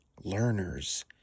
learners